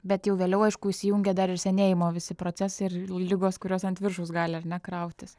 bet jau vėliau aišku įsijungia dar ir senėjimo visi procesai ir ligos kurios ant viršaus gali ar ne krautis